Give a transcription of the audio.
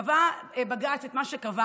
קבע בג"ץ את מה שקבע,